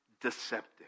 deceptive